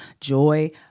Joy